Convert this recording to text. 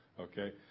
Okay